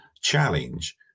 challenge